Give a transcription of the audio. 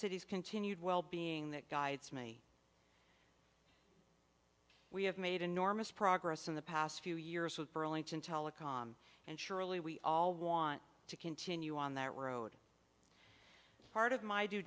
city's continued well being that guides me we have made enormous progress in the past few years with burlington telecom and surely we all want to continue on that road part of my due